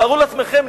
תארו לעצמכם,